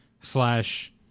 slash